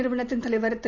நிறுவனத்தின் தலைவர் திரு